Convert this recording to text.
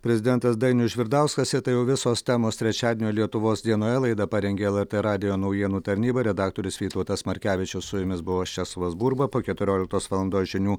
prezidentas dainius žvirdauskas ir tai jau visos temos trečiadienio lietuvos dienoje laidą parengė lrt radijo naujienų tarnyba redaktorius vytautas markevičius su jumis buvau aš česlovas burba po keturioliktos valandos žinių